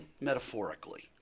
metaphorically